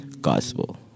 gospel